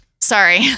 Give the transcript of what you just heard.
Sorry